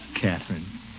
Catherine